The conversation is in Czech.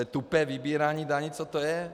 Tupé vybírání daní, co to je?